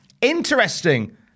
Interesting